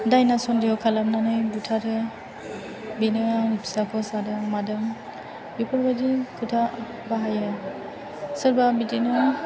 दायना सन्देह खालामनानै बुथारो बेनो आंनि फिसाखौ जादों मादों बेफोरबायदि खोथा बाहायो सोरबा बिदिनो